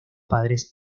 padres